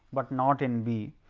but not in b.